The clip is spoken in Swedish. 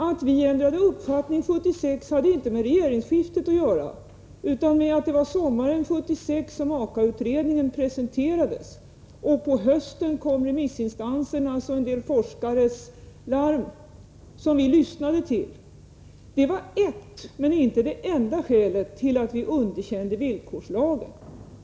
Att vi ändrade uppfattning 1976 hade inte med regeringsskiftet att göra utan med att det var sommaren 1976 som AKA-utredningen presenterades. På hösten kom remissinstansernas och en del forskares larm, som vi lyssnade till. Det var ett skäl, men inte det enda, till att vi underkände villkorslagen.